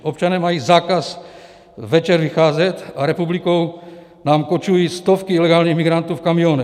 Občané mají zákaz večer vycházet a republikou nám kočují stovky ilegálních migrantů v kamionech.